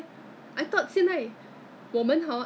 I don't like I don't like I don't like this kind of chicken anymore